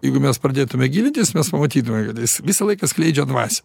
jeigu mes pradėtume gilintis nes pamatytume kad jis visą laiką skleidžia dvasią